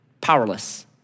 powerless